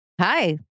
Hi